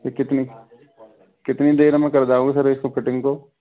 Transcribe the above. कि कितनी कितनी देर में कर जाओगे सर इसको फिटिंग को